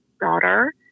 daughter